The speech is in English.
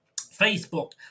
Facebook